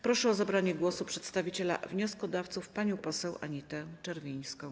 Proszę o zabranie głosu przedstawiciela wnioskodawców panią poseł Anitę Czerwińską.